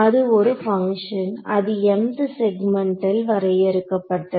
அது ஒரு பங்ஷன் அது mth செக்மென்ட்ல் வரையறுக்கப்பட்டது